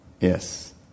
Yes